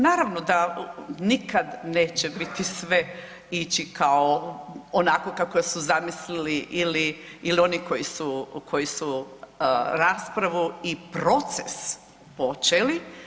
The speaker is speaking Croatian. Naravno da nikad neće biti sve ići kao onako kako su zamislili ili oni koji su, koji su raspravu i proces počeli.